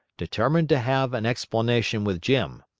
determined to have an explanation with jim.